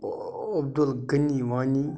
Abdul Ghani Wani